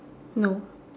no